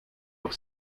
doch